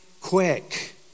quick